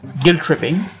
guilt-tripping